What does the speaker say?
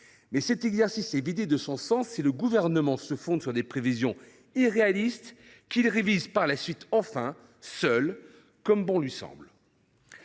mais cet exercice est de surcroît vidé de son sens puisque le Gouvernement se fonde sur des prévisions irréalistes qu’il révise par la suite seul, comme bon lui semble.